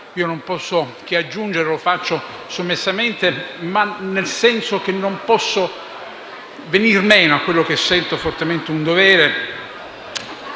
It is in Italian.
Io non posso che aggiungere - e lo faccio sommessamente, nel senso che non posso venir meno a quello che sento fortemente un dovere